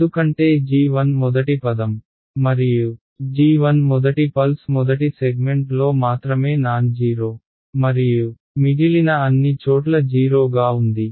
ఎందుకంటే g1 మొదటి పదం మరియు g1 మొదటి పల్స్ మొదటి సెగ్మెంట్లో మాత్రమే నాన్జీరో మరియు మిగిలిన అన్ని చోట్ల 0 గా ఉంది